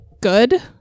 good